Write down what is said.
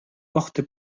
porte